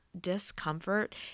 discomfort